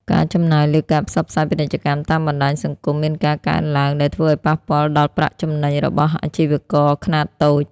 ការចំណាយលើការផ្សព្វផ្សាយពាណិជ្ជកម្មតាមបណ្តាញសង្គមមានការកើនឡើង ដែលធ្វើឱ្យប៉ះពាល់ដល់ប្រាក់ចំណេញរបស់អាជីវករខ្នាតតូច។